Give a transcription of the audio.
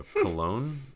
cologne